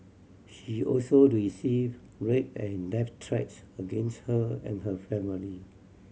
she also receive rape and death threats against her and her family